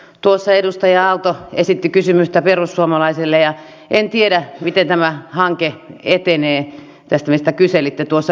tuossa edustaja aalto esitti kysymyksiä perussuomalaisille ja en tiedä miten tämä hanke etenee tämä mistä kyselitte tuossa viimeiseksi